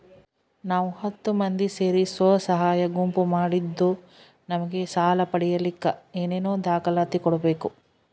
ನಾವು ಹತ್ತು ಮಂದಿ ಸೇರಿ ಸ್ವಸಹಾಯ ಗುಂಪು ಮಾಡಿದ್ದೂ ನಮಗೆ ಸಾಲ ಪಡೇಲಿಕ್ಕ ಏನೇನು ದಾಖಲಾತಿ ಕೊಡ್ಬೇಕು?